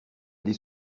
des